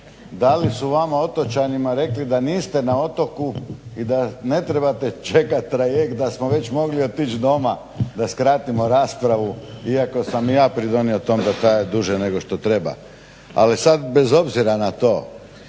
da li su vama otočanima rekli da niste na otoku i da ne trebate čekati trajekt da smo već mogli otić doma da skratimo raspravu iako sam ja pridonio tome da traje duže nego što treba. Ali sad bez obzira na to